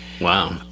Wow